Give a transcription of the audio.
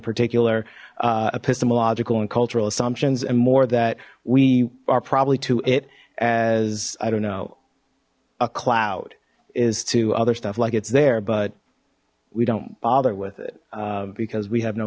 particular epistemological and cultural assumptions and more that we are probably it as i don't know a cloud is other stuff like it's there but we don't bother with it because we have no